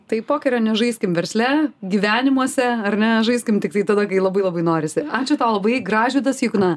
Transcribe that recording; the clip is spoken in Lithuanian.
tai pokerio nežaiskim versle gyvenimuose ar ne žaiskim tiktai tada kai labai labai norisi ačiū tau labai gražvydas jukna